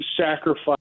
sacrifice